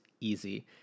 easy